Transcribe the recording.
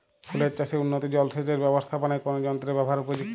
ফুলের চাষে উন্নত জলসেচ এর ব্যাবস্থাপনায় কোন যন্ত্রের ব্যবহার উপযুক্ত?